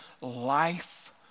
life